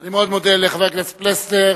אני מאוד מודה לחבר הכנסת פלסנר,